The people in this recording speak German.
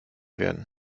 werden